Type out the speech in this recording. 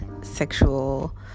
sexual